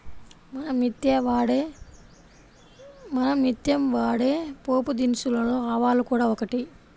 మనం నిత్యం వాడే పోపుదినుసులలో ఆవాలు కూడా ఒకటి